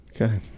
Okay